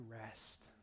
rest